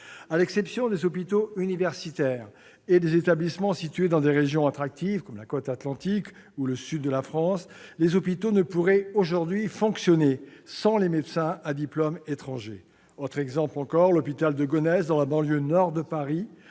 À l'exception des hôpitaux universitaires et des établissements situés dans des régions attractives comme la côte Atlantique ou le sud de la France, les hôpitaux ne pourraient aujourd'hui fonctionner sans les médecins à diplômes étrangers. Autres exemples : l'hôpital de Gonesse, dans la banlieue nord de Paris,